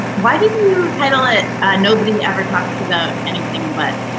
ah why did you title it nobody ever talks about anything but